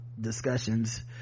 discussions